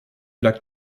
lac